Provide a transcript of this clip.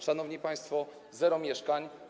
Szanowni państwo, zero mieszkań.